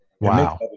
Wow